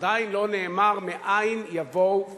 עדיין לא נאמר מאין יבואו הדירקטורים.